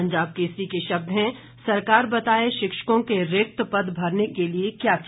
पंजाब केसरी के शब्द हैं सरकार बताए शिक्षकों के रिक्त पद भरने के लिए क्या किया